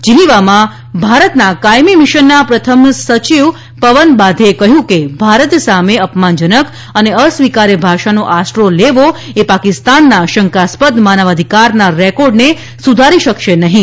જિનીવામાં ભારતના કાયમી મિશનમાં પ્રથમ સચિવ પવન બાઘેએ કહ્યું કે ભારત સામે અપમાનજનક અને અસ્વીકાર્ય ભાષાનો આશરો લેવો એ પાકિસ્તાનના શંકાસ્પદ માનવાઘિકારના રેકોર્ડને સુધારી શકશે નહીં